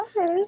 okay